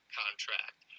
contract